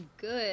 good